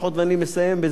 ואני מסיים בזה,